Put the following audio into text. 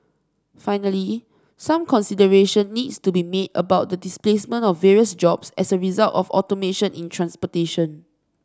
finally some consideration needs to be made about the displacement of various jobs as a result of automation in transportation